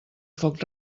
foc